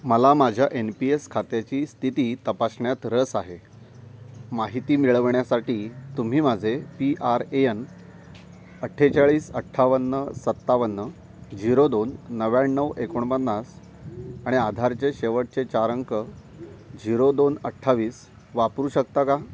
मला माझ्या N P S खात्याची स्थिती तपासण्यात रस आहे माहिती मिळवण्यासाठी तुम्ही माझे पी आर ए एन अठ्ठेचाळीस अठ्ठावन्न सत्तावन्न झिरो दोन नव्याण्णव एकोणपन्नास आणि आधारचे शेवटचे चार अंक झिरो दोन अठ्ठावीस वापरू शकता का